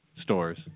stores